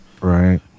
Right